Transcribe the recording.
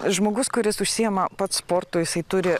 žmogus kuris užsiima pats sportu jisai turi